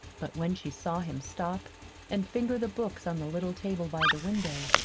but when she saw him stop and finger the books on the little table by the window,